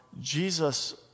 Jesus